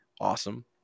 Awesome